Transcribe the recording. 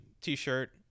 t-shirt